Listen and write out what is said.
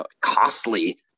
costly